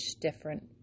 different